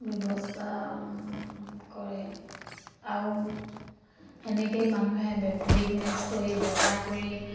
ব্যৱস্থা কৰে আৰু সেনেকৈয়ে মানুহে বে বিগনেছ কৰি বেপাৰ কৰি